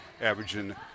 averaging